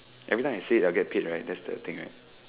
everything I say it I will get paid right that's the thing right